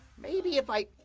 maybe if i.